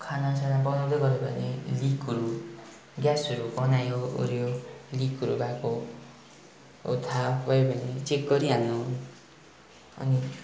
खाना साना बनाउँदै गऱ्यो भने लिकहरू ग्यासहरू गनायो अरे लिकहरू भएको अब थाहा भयो भने चेक गरिहाल्नु अनि